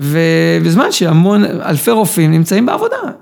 ובזמן שהמון, אלפי רופאים נמצאים בעבודה.